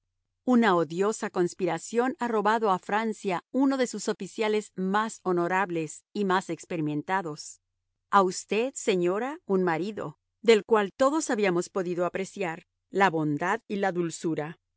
una odiosa conspiración ha robado a francia uno de sus oficiales más honorables y más experimentados a usted señora un marido del cual todos habíamos podido apreciar la bondad y la dulzura